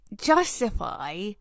justify